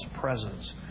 presence